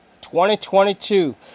2022